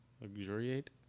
luxuriate